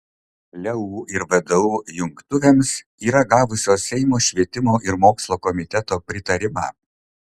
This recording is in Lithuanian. leu ir vdu jungtuvėms yra gavusios seimo švietimo ir mokslo komiteto pritarimą